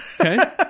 okay